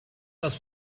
was